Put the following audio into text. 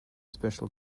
special